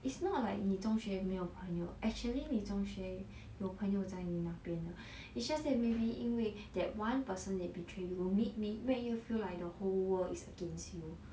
it's not like 你中学没有朋友 actually 你中学有朋友在你那边的 it's just that maybe 因为 that one person they betray ma~ make you feel like the whole world is against you